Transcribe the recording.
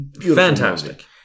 fantastic